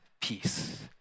peace